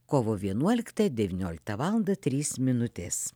kovo vienuoliktą devynioliktą valandą trys minutės